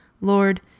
Lord